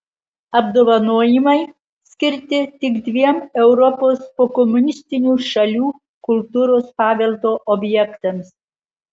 apdovanojimai skirti tik dviem europos pokomunistinių šalių kultūros paveldo objektams